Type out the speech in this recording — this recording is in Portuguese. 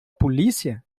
polícia